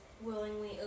willingly